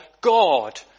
God